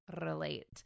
relate